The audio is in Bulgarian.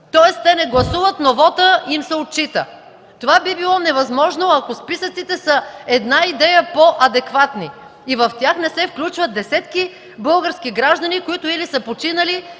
тоест, не гласуват, но вотът им се отчита. Това би било невъзможно, ако списъците са с една идея по-адекватни и в тях не се включват десетки български граждани, които или са починали,